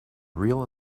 real